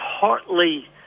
partly